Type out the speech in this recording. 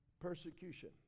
Persecution